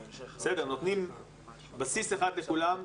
נותנים בסיס אחד לכולם,